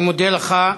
אני מודה לך.